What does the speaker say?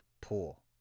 pool